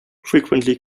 frequently